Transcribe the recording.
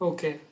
Okay